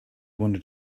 wanted